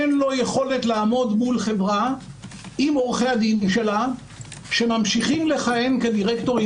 אין לו יכולת לעמוד מול חברה עם עורכי הדין שלה שממשיכים לכהן כדירקטורים